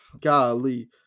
Golly